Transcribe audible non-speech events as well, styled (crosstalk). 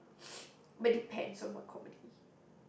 (noise) but depends on what comedy